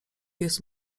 jest